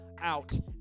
Out